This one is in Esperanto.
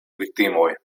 viktimoj